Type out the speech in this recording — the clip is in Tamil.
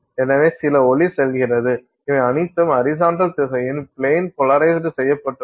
எனவே சில ஒளி செல்கிறது இவை அனைத்தும் ஹரிசாண்டல் திசையில் பிளேன் போலராஸ்டு செய்யப்பட்டுள்ளது